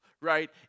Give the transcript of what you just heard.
right